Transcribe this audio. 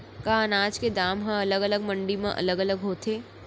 का अनाज के दाम हा अलग अलग मंडी म अलग अलग होथे?